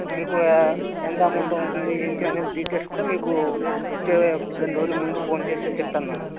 మీకు ఆ ఎంత అమౌంట్ అవుతుంది ఏంటి అనే డీటెయిల్స్ కూడా మీకు వచ్చే రెండు రోజుల ముందు ఫోన్ చేస్తే చెప్తాను మ్యాడం